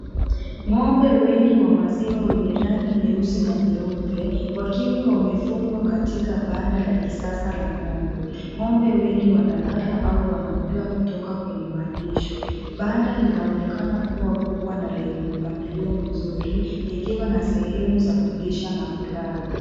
Ng'ombe wengi wa maziwa wenye rangi nyeusi na nyeupe wakiwa wamefungwa katika banda la kisasa la ng'ombe. Ng'ombe wengi wanalala au wanakula kutoka kwenye malisho. Banda linaonekana kuwa kubwa na lenye mpagilio mzuri likiwa na sehemu za kulisha na kulala.